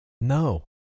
no